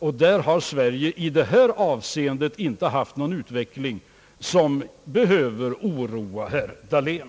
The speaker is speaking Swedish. I det avseendet har Sverige inte genomgått någon utveckling som behöver oroa herr Dahlén.